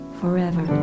forever